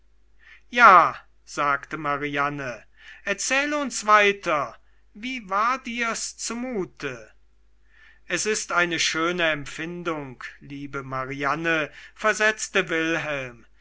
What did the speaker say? ja sagte mariane erzähle uns weiter wie war dir's zumute es ist eine schöne empfindung liebe mariane versetzte wilhelm